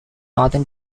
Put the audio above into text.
northern